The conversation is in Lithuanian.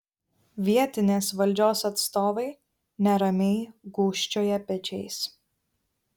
vietinės valdžios atstovai neramiai gūžčioja pečiais